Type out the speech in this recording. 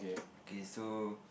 okay so